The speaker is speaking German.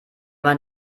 man